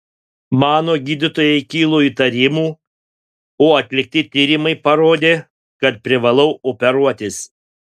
mano gydytojai kilo įtarimų o atlikti tyrimai parodė kad privalau operuotis